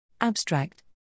Abstract